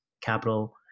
Capital